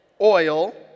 oil